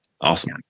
Awesome